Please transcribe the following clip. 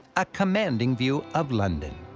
a commanding view of london.